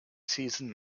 season